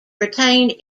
retained